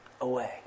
away